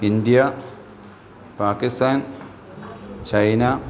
India Pakistan China